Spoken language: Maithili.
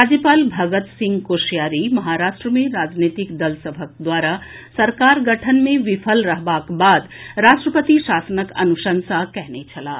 राज्यपाल भगत सिंह कोश्यारी महाराष्ट्र मे राजनीतिक दल सभक द्वारा सरकार गठन मे विफल रहबाक बाद राष्ट्रपति शासनक अनुशंसा कयने छलाह